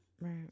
right